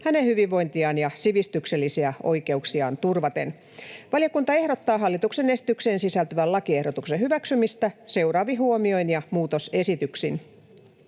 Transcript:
hänen hyvinvointiaan ja sivistyksellisiä oikeuksiaan turvaten. Valiokunta ehdottaa hallituksen esitykseen sisältyvän lakiehdotuksen hyväksymistä seuraavin huomioin ja muutosesityksin.